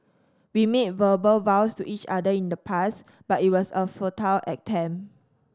we made verbal vows to each other in the past but it was a futile attempt